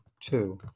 Two